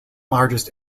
largest